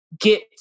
get